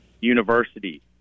university